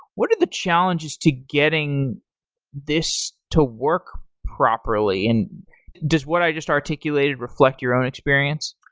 what are the challenges to getting this to work properly? and does what i just articulated reflect your own experience?